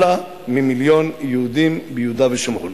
למעלה ממיליון יהודים ביהודה ושומרון.